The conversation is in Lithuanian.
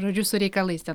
žodžiu su reikalais ten